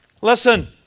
Listen